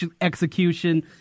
execution